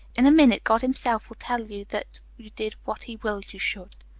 in a minute god himself will tell you that you did what he willed you should.